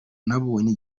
nabonye